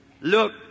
look